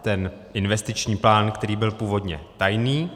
Ten investiční plán, který byl původně tajný.